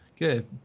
Good